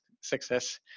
success